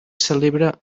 celebra